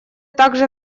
также